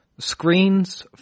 Screens